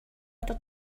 other